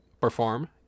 perform